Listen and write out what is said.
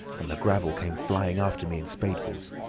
and the gravel came flying after me in spadefuls.